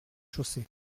chaussée